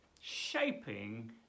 shaping